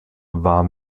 war